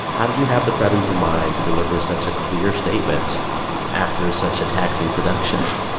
how did you have the presence of mind to deliver such a clear statement after such a taxing production?